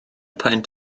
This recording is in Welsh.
peint